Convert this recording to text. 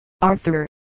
Arthur